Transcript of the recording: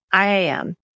IAM